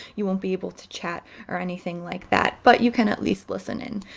you won't be able to chat or anything like that, but you can at least listen in.